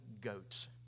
goats